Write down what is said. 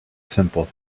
simple